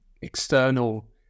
external